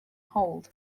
hold